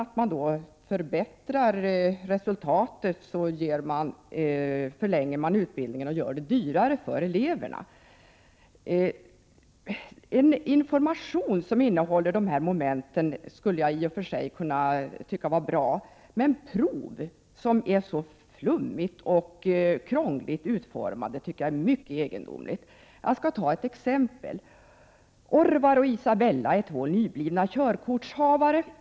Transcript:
Dessutom förlänger man utbildningen och gör den dyrare för eleverna utan att man därmed uppnår ett bättre resultat. En information som innehåller de här momenten skulle jag i och för sig kunna anse vara bra. Men jag tycker att det är mycket egendomligt att införa prov som är så krångligt och flummigt utformade. Jag skall ta ett exempel: ”Orvar och Isabella är två nyblivna körkortsinnehavare.